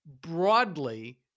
broadly